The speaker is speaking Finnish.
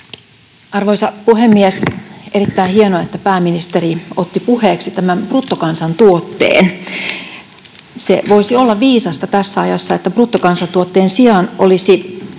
Arvoisa puhemies! Erittäin hienoa, että pääministeri otti puheeksi bruttokansantuotteen. Voisi olla viisasta tässä ajassa, että bruttokansantuotteen sijaan